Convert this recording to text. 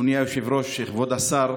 אדוני היושב-ראש, כבוד השר,